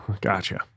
Gotcha